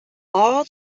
all